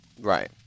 Right